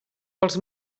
els